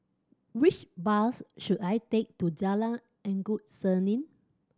which bus should I take to Jalan Endut Senin